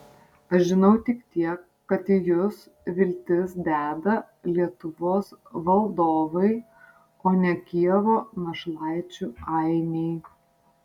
aš žinau tik tiek kad į jus viltis deda lietuvos valdovai o ne kijevo našlaičių ainiai